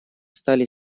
стали